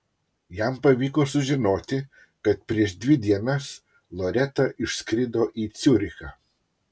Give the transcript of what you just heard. jam pavyko sužinoti kad prieš dvi dienas loreta išskrido į ciurichą